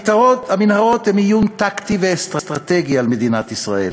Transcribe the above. המנהרות הן איום טקטי ואסטרטגי על מדינת ישראל,